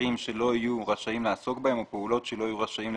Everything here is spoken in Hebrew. אחרים שלא יהיו רשאים לעסוק בהם או פעולות שלא יהיו רשאים לבצע,